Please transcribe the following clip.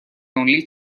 only